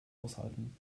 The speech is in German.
aushalten